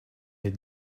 les